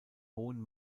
hohen